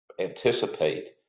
anticipate